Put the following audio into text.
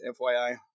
FYI